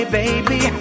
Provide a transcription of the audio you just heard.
baby